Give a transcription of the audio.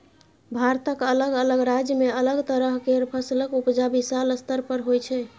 भारतक अलग अलग राज्य में अलग तरह केर फसलक उपजा विशाल स्तर पर होइ छै